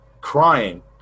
crying